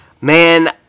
Man